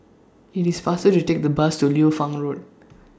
IT IS faster to Take The Bus to Liu Fang Road